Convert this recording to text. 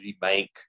bank